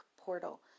portal